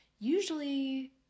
usually